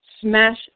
Smash